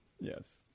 Yes